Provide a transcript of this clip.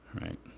Right